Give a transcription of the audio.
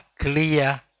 clear